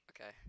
Okay